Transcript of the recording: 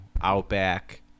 Outback